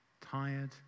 tired